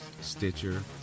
Stitcher